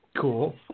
Cool